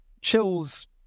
Chills